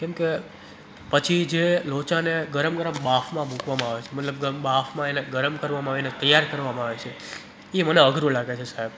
કેમ કે પછી જે લોચાને ગરમ ગરમ બાફમાં મૂકવામાં આવે છે મતલબ બાફમાં એને ગરમ કરવામાં આવે એને તૈયાર કરવામાં આવે છે એ મને અઘરું લાગે છે સાહેબ